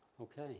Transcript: Okay